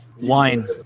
Wine